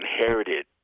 inherited